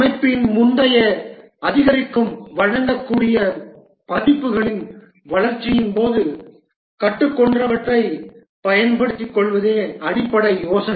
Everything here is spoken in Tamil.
அமைப்பின் முந்தைய அதிகரிக்கும் வழங்கக்கூடிய பதிப்புகளின் வளர்ச்சியின் போது கற்றுக்கொண்டவற்றைப் பயன்படுத்திக் கொள்வதே அடிப்படை யோசனை